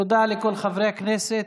תודה לכל חברי הכנסת,